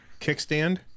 kickstand